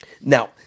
Now